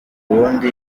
ubundi